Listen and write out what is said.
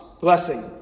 blessing